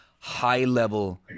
high-level